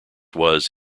was